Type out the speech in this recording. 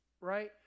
right